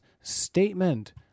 statement